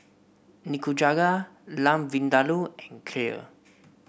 Nikujaga Lamb Vindaloo and Kheer